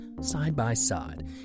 side-by-side